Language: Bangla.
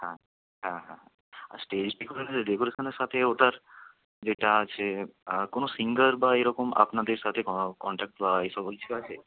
হ্যাঁ হ্যাঁ হ্যাঁ হ্যাঁ আর স্টেজ ডেকোরেশনের সাথে ওটার যেটা আছে কোনো সিঙ্গার বা এরকম আপনাদের সাথে কন্ট্যাক্ট বা এসব আছে